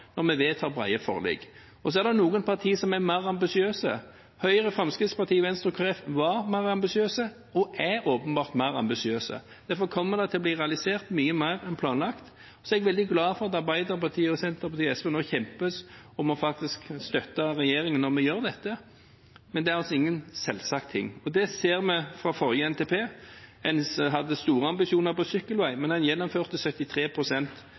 når vi vedtar brede forlik. Så er det noen partier som er mer ambisiøse. Høyre, Fremskrittspartiet, Venstre og Kristelig Folkeparti var mer ambisiøse og er åpenbart mer ambisiøse. Derfor kommer det til å bli realisert mye mer enn planlagt. Så er jeg veldig glad for at Arbeiderpartiet, Senterpartiet og Sosialistisk Venstreparti faktisk kjemper om å støtte regjeringen når vi gjør dette. Men det er altså ingen selvsagt ting. Og det ser vi fra forrige NTP. En hadde store ambisjoner knyttet til sykkelveier, men en gjennomførte